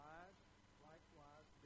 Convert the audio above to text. Likewise